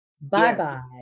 Bye-bye